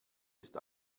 ist